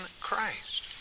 Christ